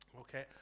Okay